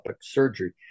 surgery